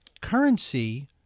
currency